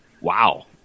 Wow